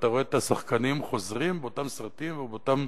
ואתה רואה את השחקנים חוזרים באותם סרטים ובאותם